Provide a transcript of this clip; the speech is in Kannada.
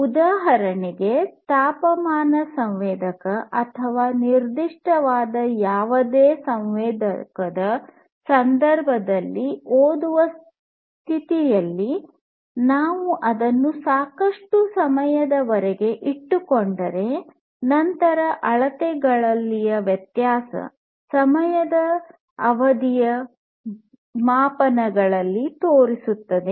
ಉದಾಹರಣೆಗೆ ತಾಪಮಾನ ಸಂವೇದಕ ಅಥವಾ ನಿರ್ದಿಷ್ಟವಾದ ಯಾವುದೇ ಸಂವೇದಕದ ಸಂದರ್ಭ ಓದುವ ಸ್ಥಿತಿದಲ್ಲಿ ನೀವು ಅದನ್ನು ಸಾಕಷ್ಟು ಸಮಯದವರೆಗೆ ಇಟ್ಟುಕೊಂಡಿದ್ದರೆ ನಂತರ ಅಳತೆಗಳಲ್ಲಿನ ವ್ಯತ್ಯಾಸ ಸಮಯದ ಅವಧಿಯಲ್ಲಿ ಮಾಪನಗಳಲ್ಲಿ ತೋರಿಸುತ್ತದೆ